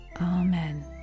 amen